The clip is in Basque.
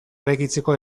eraikitzeko